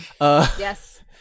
Yes